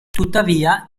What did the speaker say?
tuttavia